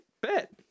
bet